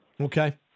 Okay